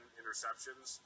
interceptions